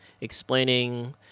explaining